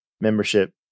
membership